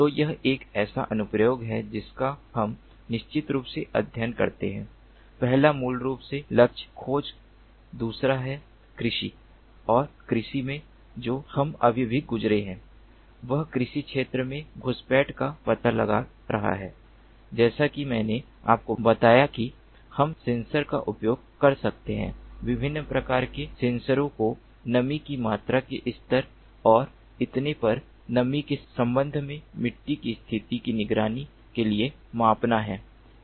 तो यह एक ऐसा अनुप्रयोग है जिसका हम निश्चित रूप से अध्ययन करते हैं पहला मूल रूप से लक्ष्य खोज दूसरा है कृषि और कृषि में जो हम अभी अभी गुजरे हैं वह कृषि क्षेत्र में घुसपैठ का पता लगा रहा है जैसा कि मैंने आपको बताया कि हम सेंसर का उपयोग कर सकते हैं विभिन्न प्रकार के सेंसरों को नमी की मात्रा के स्तर और इतने पर नमी के संबंध में मिट्टी की स्थिति की निगरानी के लिए मापना है